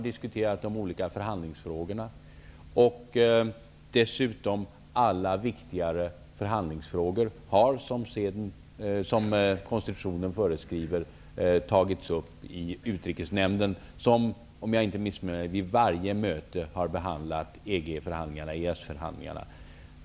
Dessutom har, som konstitutionen föreskriver, alla viktigare förhandlingsfrågor tagits upp i Utrikesnämnden, som - om jag inte missminner mig - vid varje möte har behandlat EG/EES-förhandlingarna.